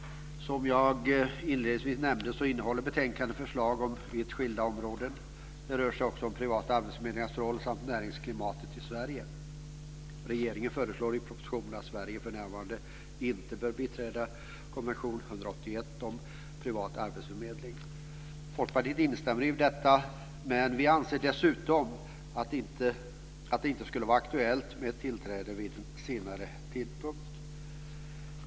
Som jag inledningsvis nämnde innehåller betänkandet förslag inom vitt skilda områden men det rör sig också om t.ex. privata arbetsförmedlingars roll samt om näringsklimatet i Sverige. Regeringen säger i propositionen att Sverige för närvarande inte bör biträda konvention 181 om privat arbetsförmedling. Folkpartiet instämmer i detta men dessutom anser vi att det inte skulle vara aktuellt med ett tillträde vid en senare tidpunkt.